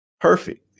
Perfect